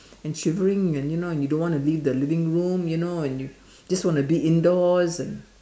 and shivering and you know you don't want to live the living room you know and just wanna be indoors